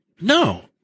No